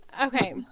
Okay